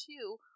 two